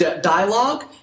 dialogue